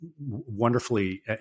wonderfully